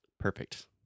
Perfect